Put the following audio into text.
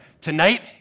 tonight